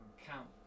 count